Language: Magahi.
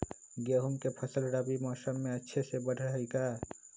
गेंहू के फ़सल रबी मौसम में अच्छे से बढ़ हई का?